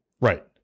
right